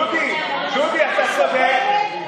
דודי, אתה צודק.